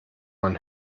man